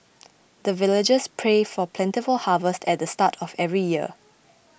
the villagers pray for plentiful harvest at the start of every year